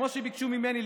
כמו שביקשו ממני,